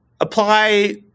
apply